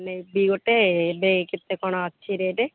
ନେବି ଗୋଟେ ଏବେ କେତେ କ'ଣ ଅଛି ରେଟ୍